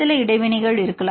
சில இடைவினைகள் இருக்கலாம்